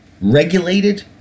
regulated